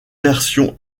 versions